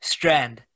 Strand